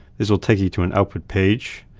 this will take you to an output page,